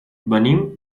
venim